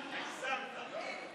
הגזמת.